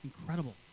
incredible